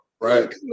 right